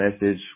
message